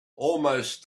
almost